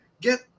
get